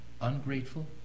ungrateful